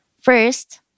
First